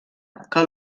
que